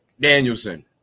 Danielson